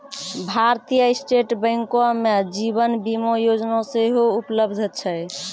भारतीय स्टेट बैंको मे जीवन बीमा योजना सेहो उपलब्ध छै